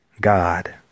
God